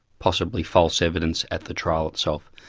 possibly false, evidence at the trial itself.